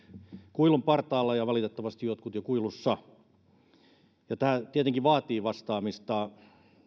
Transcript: kuilun partaalla ja valitettavasti jotkut jo kuilussa tämä tietenkin vaatii vastaamista